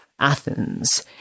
Athens